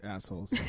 Assholes